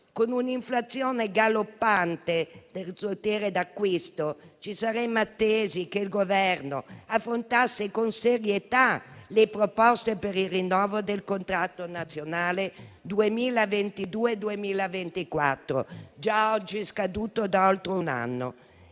con un'inflazione galoppante e una riduzione del potere d'acquisto, ci saremmo attesi che il Governo affrontasse con serietà le proposte per il rinnovo del contratto nazionale 2022-2024, già scaduto da oltre un anno.